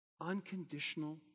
Unconditional